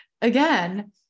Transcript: again